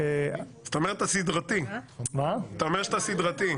זאת אומרת, אתה אומר שאתה סדרתי.